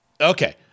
Okay